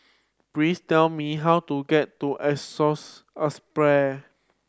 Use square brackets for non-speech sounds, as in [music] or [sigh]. please tell me how to get to Assisi [unintelligible]